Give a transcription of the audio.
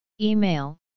Email